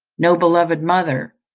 no beloved mother,